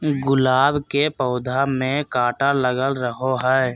गुलाब के पौधा में काटा लगल रहो हय